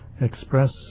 express